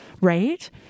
right